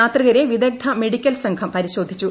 യാത്രികരെ വിദഗ്ധ മെഡിക്കൽ സംഘം പരിശോധിച്ചു